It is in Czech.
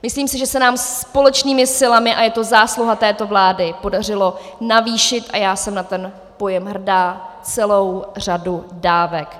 Myslím si, že se nám společnými silami, a je to zásluha této vlády, podařilo navýšit, a já jsem na ten pojem hrdá, celou řadu dávek.